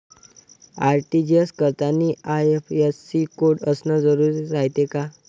RTGS करतांनी IFSC code असन जरुरी रायते का?